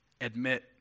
Admit